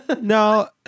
No